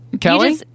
Kelly